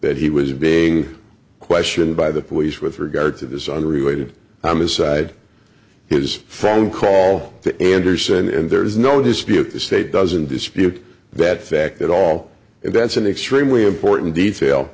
that he was being questioned by the police with regard to this unrelated m aside his phone call to anderson and there is no dispute the state doesn't dispute that fact at all and that's an extremely important detail